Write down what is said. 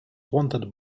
wanted